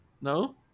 No